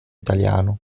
italiano